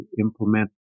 implement